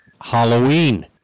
Halloween